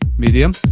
medium,